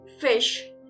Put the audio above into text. fish